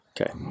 Okay